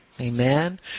Amen